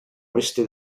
oeste